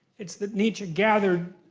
it's that nietzsche gathered